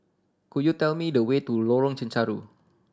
could you tell me the way to Lorong Chencharu